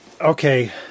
Okay